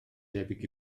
debyg